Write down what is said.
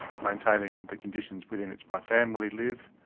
maintaining the conditions within which my family live,